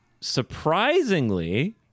Surprisingly